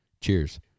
Cheers